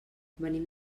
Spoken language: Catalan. venim